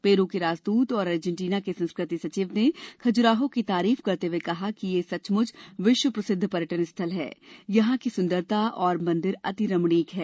Peru के राजदूत और अर्जेटीना के संस्कृति सचिव ने खजुराहो की तारीफ करते हुए कहा कि यह सचमुच विश्व प्रसिद्ध पर्यटन स्थल है यहां की सुंदरता और मंदिर अति रमणीक है